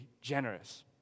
Generous